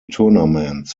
tournaments